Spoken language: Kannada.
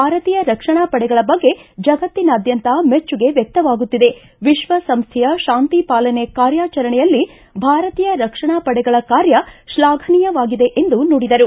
ಭಾರತೀಯ ರಕ್ಷಣಾ ಪಡೆಗಳ ಬಗ್ಗೆ ಜಗತ್ತಿನಾದ್ಯಂತ ಮೆಚ್ಚುಗೆ ವ್ಯಕ್ತವಾಗುತ್ತಿದೆ ವಿಶ್ವಸಂಸೈಯ ಶಾಂತಿ ಪಾಲನೆ ಕಾರ್ಯಾಚರಣೆಯಲ್ಲಿ ಭಾರತೀಯ ರಕ್ಷಣಾ ಪಡೆಗಳ ಕಾರ್ಯ ಶ್ಲಾಘನೀಯವಾಗಿದೆ ಎಂದು ನುಡಿದರು